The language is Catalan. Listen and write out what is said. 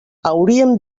hauríem